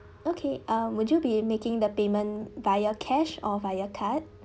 okay uh would you be making the payment via cash or via card